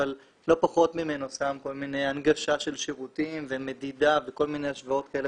אבל לא פחות ממנו שם הנגשה של שירותים ומדידה בכל מיני השוואות כאלה